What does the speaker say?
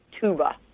tuba